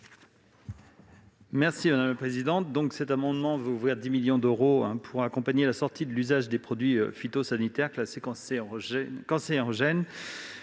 l'avis de la commission ? Cet amendement vise à ouvrir 10 millions d'euros pour accompagner la sortie de l'usage de produits phytosanitaires classés cancérogènes